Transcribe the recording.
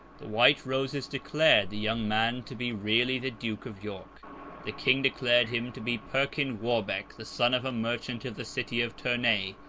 the white roses declared the young man to be really the duke of york the king declared him to be perkin warbeck, the son of a merchant of the city of tournay,